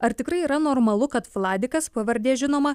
ar tikrai yra normalu kad fladikas pavardė žinoma